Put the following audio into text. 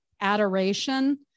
adoration